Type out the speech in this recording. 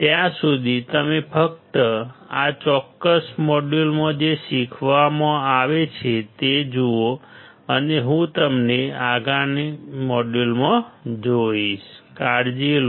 ત્યાં સુધી તમે ફક્ત આ ચોક્કસ મોડ્યુલમાં જે શીખવવામાં આવે છે તે જુઓ અને હું તમને આગામી મોડ્યુલમાં જોઇશ બાય કાળજી લો